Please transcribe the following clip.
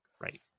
right